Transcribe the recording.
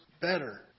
better